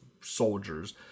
soldiers